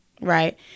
right